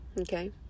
Okay